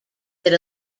that